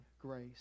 grace